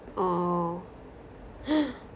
orh